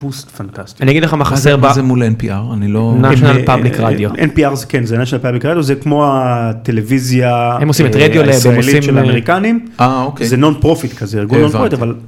פוסט פנטסטי אני אגיד לך מה חזר בזה מול NPR אני לא נשנה פאבליק רדיו NPR זה כן זה national פאבליק רדיו זה כמו הטלוויזיה, אוקיי זה נון פרופיט כזה.